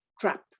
trap